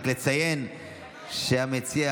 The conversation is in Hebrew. רק אציין שהמציע,